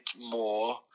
more